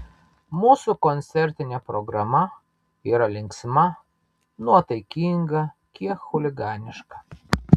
mūsų koncertinė programa yra linksma nuotaikinga kiek chuliganiška